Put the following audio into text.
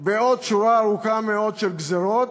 ועוד שורה ארוכה מאוד של גזירות,